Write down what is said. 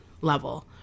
level